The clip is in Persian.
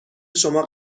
شما